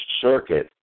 circuit